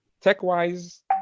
Tech-wise